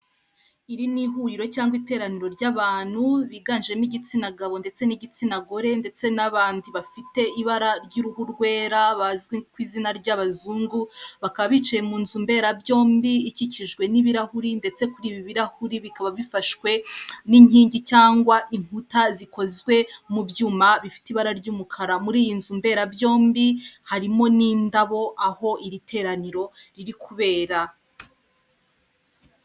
Iri ni ihuriro cyangwa iteraniro ry'abantu biganjemo igitsina gabo ndetse n'igitsina gore ndetse n'abandi bafite ibara ry'uruhu rwera bazwi ku izina ry'abazungu, bakaba bicaye mu nzu mberabyombi ikikijwe n'ibirahuri, ndetse kuri ibi birahuri bikaba bifashwe n'inkingi cyangwa inkuta zikozwe mu byuma bifite ibara ry'umukara, muri iyi nzu mberabyombi harimo n'indabo, aho iri teraniro riri kubera.